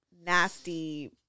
nasty